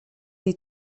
die